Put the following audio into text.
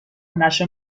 نشر